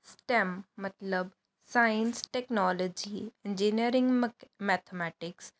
stem ਮਤਲਬ science technology engineering ਮਕ mathematics